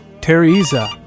Teresa